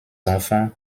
enfants